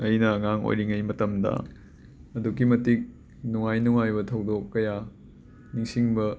ꯑꯩꯅ ꯑꯉꯥꯡ ꯑꯣꯏꯔꯤꯉꯩ ꯃꯇꯝꯗ ꯑꯗꯨꯛꯀꯤ ꯃꯇꯤꯛ ꯅꯨꯡꯉꯥꯏ ꯅꯨꯡꯉꯥꯏꯕ ꯊꯧꯗꯣꯛ ꯀꯌꯥ ꯅꯤꯡꯁꯤꯡꯕ